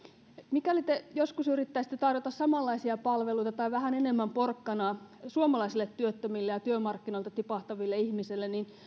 mikäli te joskus yrittäisitte tarjota samanlaisia palveluita tai vähän enemmän porkkanaa suomalaisille työttömille ja työmarkkinoilta tipahtaville ihmisille niin